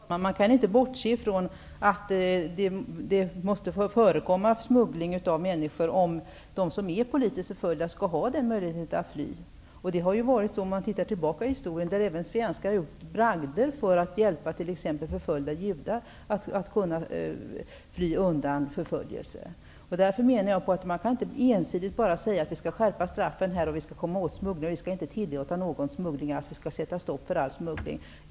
Herr talman! Man kan inte bortse ifrån att det måste få förekomma smuggling av människor om de som är politiskt förföljda skall ha möjligheten att fly. Det har ju varit tillfällen -- om man tittar till baka i historien -- där även svenskar gjort bragder t.ex. för att hjälpa förföljda judar att fly undan förföljelse. Därför menar jag att man inte ensidigt kan säga att vi skall skärpa straffen, vi skall komma åt smuggling, vi skall inte tillåta någon smuggling, utan sätta stopp för den.